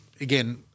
again